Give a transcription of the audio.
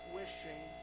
wishing